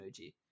emoji